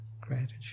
gratitude